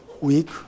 week